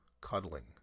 cuddling